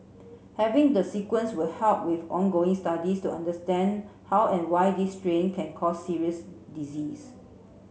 having the sequence will help with ongoing studies to understand how and why this strain can cause serious disease